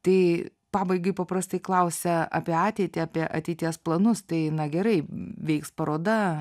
tai pabaigai paprastai klausia apie ateitį apie ateities planus tai na gerai veiks paroda